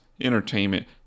entertainment